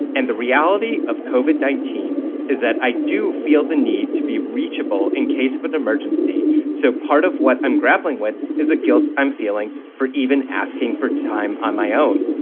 and the reality of koven nineteen is that i do feel the need to be reachable in case of an emergency. so part of what i'm grappling with is the guilt i'm feeling for even asking for time on my own.